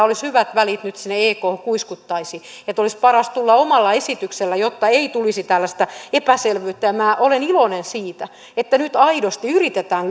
olisi hyvät välit sinne ekhon nyt kuiskuttaisi että olisi parasta tulla omalla esityksellä jotta ei tulisi tällaista epäselvyyttä ja minä olen iloinen siitä että nyt aidosti yritetään